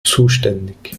zuständig